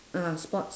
ah sports